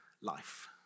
life